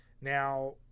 Now